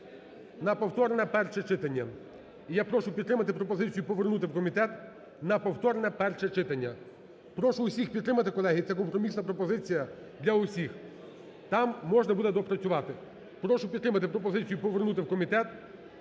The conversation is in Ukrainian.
на повторне перше читання. І я прошу підтримати пропозицію повернути в комітет на повторне перше читання. Прошу всіх підтримати, колеги, це компромісна пропозиція для всіх, там можна буде доопрацювати. Прошу підтримати пропозицію повернути в комітет